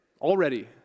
already